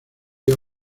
día